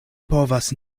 povas